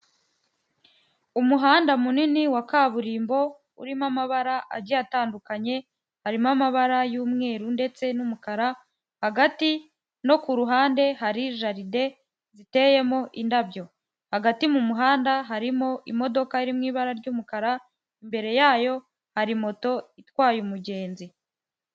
Umuhanda munini wa kaburimbo, urimo amabara agiye atandukanye, harimo amabara y'umweru ndetse n'umukara, hagati no ku ruhande hari jaride ziteyemo indabyo, hagati mu muhanda harimo imodoka iri mu ibara ry'umukara, imbere yayo hari moto itwaye umugenzi.